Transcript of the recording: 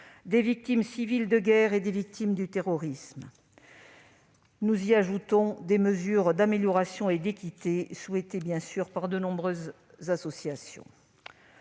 des victimes civiles de guerre et des victimes du terrorisme. Nous y ajoutons des mesures d'amélioration et d'équité, souhaitées par nombre d'associations.